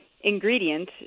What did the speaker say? ingredient